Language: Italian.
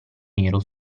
nero